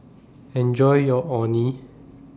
Enjoy your Orh Nee